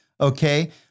okay